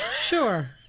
sure